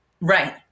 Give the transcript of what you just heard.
Right